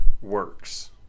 works